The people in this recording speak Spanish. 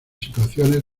situaciones